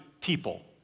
people